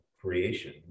creation